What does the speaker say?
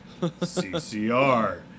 CCR